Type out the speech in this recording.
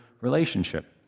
relationship